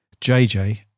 JJ